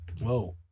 Whoa